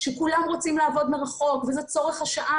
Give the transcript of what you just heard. שכולם רוצים לעבוד מרחוק וזה צורך השעה